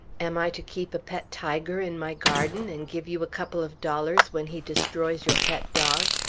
am i to keep a pet tiger in my garden, and give you a couple of dollars when he destroys your pet dog,